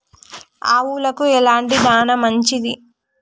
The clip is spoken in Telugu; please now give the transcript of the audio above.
ఆవులకు ఎలాంటి దాణా మంచిది?